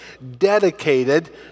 dedicated